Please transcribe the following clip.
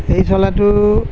সেই চোলাটো